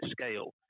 scale